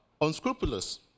unscrupulous